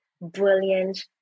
brilliant